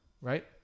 Right